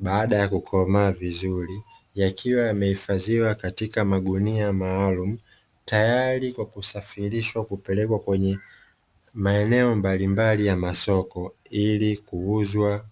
baada ya kukomaa vizuri yakiwa yamehifadhiwa katika magunia maalumu tayari kwa kusafirishwa kupelekwa kwenye maeneo mbalimbali ya masoko ili kuuzwa.